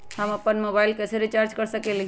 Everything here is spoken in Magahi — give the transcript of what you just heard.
हम अपन मोबाइल कैसे रिचार्ज कर सकेली?